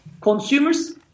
consumers